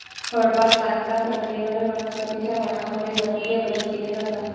फळबाग बागकाम प्रक्रियेद्वारे वनस्पतीं च्या वाणांमध्ये जनुकीय बदल केले जातात